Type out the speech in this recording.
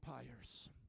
empires